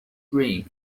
dream